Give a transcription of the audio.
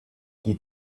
die